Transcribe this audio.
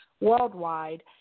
worldwide